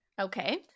Okay